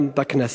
גם בכנסת.